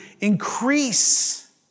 increase